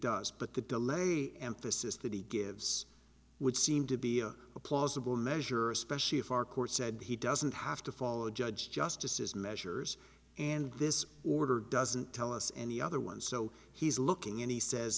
does but the delay emphasis that he gives would seem to be a plausible measure especially if our court said he doesn't have to follow a judge justice's measures and this order doesn't tell us and the other one so he's looking in he says